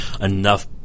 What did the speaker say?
enough